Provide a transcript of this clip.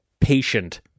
patient